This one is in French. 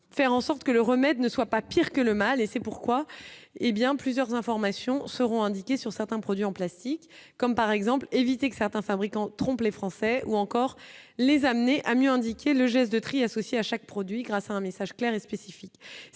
faire en sorte que le remède ne soit pas pire que le mal, et c'est pourquoi, hé bien plusieurs informations seront indiqués sur certains produits en plastique, comme par exemple l'éviter que certains fabricants trompe les Français ou encore les amener à mieux indiqué le geste de tri associés à chaque produit grâce à un message clair et spécifique,